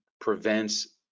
prevents